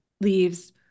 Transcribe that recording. leaves